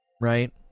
right